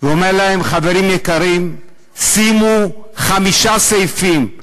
ואומר להם: חברים יקרים, שימו חמישה סעיפים.